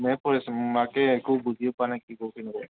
সেয়ে কৰিছোঁ বাকী একো বুজিয়ে পোৱা নাই কি কৰোঁ কি নকৰোঁ